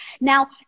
Now